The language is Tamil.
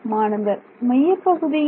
மாணவர் மையப்பகுதியில்